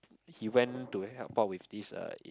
he went to help out with this eh it